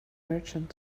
merchant